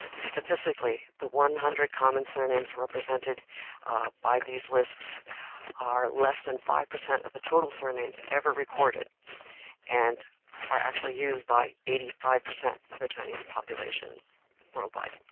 statistically, the one hundred common surnames represented by these lists are less than five percent of the total surnames ever recorded and are actually used by eighty five percent of the chinese population world-wide.